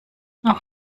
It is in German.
auch